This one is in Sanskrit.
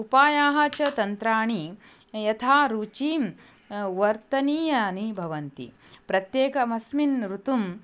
उपायाः च तन्त्राणि यथा रुचिं वर्धनीयानि भवन्ति प्रत्येकमस्मिन् ऋतुम्